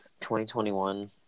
2021